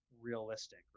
realistic